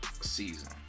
season